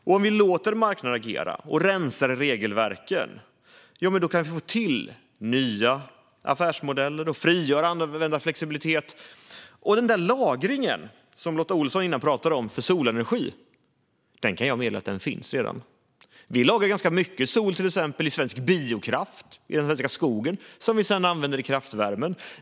Om vi låter marknaden agera och rensar i regelverken kan vi få till nya affärsmodeller och frigöra andra genom flexibilitet. Den där lagringen av solenergi som Lotta Olsson talade om innan kan jag meddela redan finns. Vi lagrar ganska mycket sol till exempel i svensk biokraft, i den svenska skogen, som vi sedan använder i kraftvärmen.